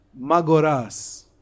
Magoras